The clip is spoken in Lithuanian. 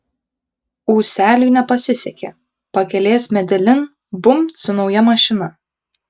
ūseliui nepasisekė pakelės medelin bumbt su nauja mašina